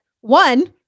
one